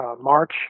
March